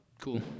Cool